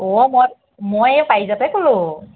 অ' ম মই এয়া পাৰিজাতে ক'লোঁ